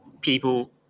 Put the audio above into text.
people